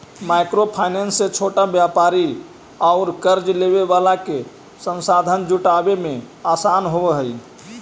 micro finance से छोटा व्यापारि औउर कर्ज लेवे वाला के संसाधन जुटावे में आसान होवऽ हई